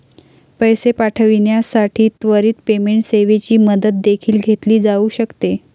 पैसे पाठविण्यासाठी त्वरित पेमेंट सेवेची मदत देखील घेतली जाऊ शकते